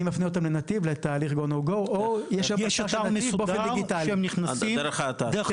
אני מפנה אותם לנתיב לתהליך GO /NO GO. יש אתר מסודר והם נכנסים דרך האתר.